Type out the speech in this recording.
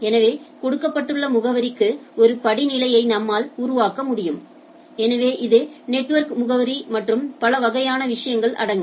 எனவே கொடுக்கப்பட்டுள்ள முகவரிக்கு ஒரு படிநிலையை நம்மால் உருவாக்க முடியும் எனவே இது நெட்வொர்க் முகவரி மற்றும் பல வகையான விஷயங்கள் அடங்கும்